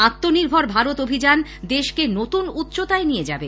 আত্মনির্ভর ভারত অভিযান দেশকে নতুন উষ্চতায় নিয়ে যাবে